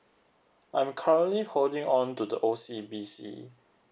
I'm currently holding on to the O_C_B_C